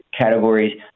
categories